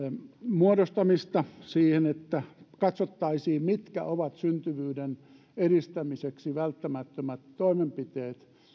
muodostamista siihen että katsottaisiin mitkä ovat syntyvyyden edistämiseksi välttämättömät toimenpiteet